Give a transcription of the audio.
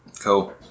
Cool